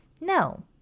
No